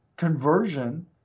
Conversion